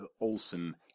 Olson